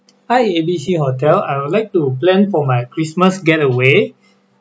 hi A_B_C hotel I would like to plan for my christmas getaway